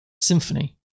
Symphony